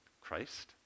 Christ